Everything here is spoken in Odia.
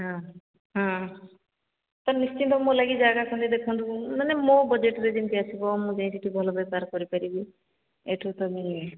ହଁ ହଁ ତ ନିଶ୍ଚିନ୍ତ ମୋ ଲାଗି ଜାଗା ଖଣ୍ଡେ ଦେଖନ୍ତୁ ମାନେ ମୋ ବଜେଟରେ ଯେମିତି ଆସିବ ମୁଁ ଯାଇ ସେଠି ଭଲ ବେପାର କରିପାରିବି ଏଠୁ ତୁମେ